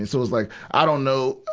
and so it's like i don't know,